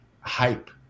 hype